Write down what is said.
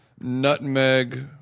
nutmeg